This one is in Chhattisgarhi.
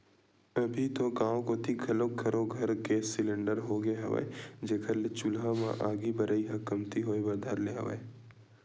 अभी तो गाँव कोती घलोक घरो घर गेंस सिलेंडर होगे हवय, जेखर ले चूल्हा म आगी बरई ह कमती होय बर धर ले हवय